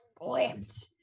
flipped